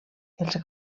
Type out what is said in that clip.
els